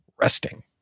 resting